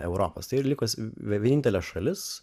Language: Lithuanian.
europos ir likusi vienintelė šalis